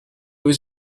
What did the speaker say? was